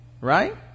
Right